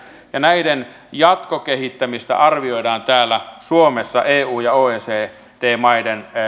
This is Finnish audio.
ja näiden jatkokehittämistä arvioidaan täällä suomessa eu ja oecd maissa